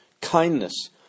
Kindness